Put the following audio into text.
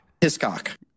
Hiscock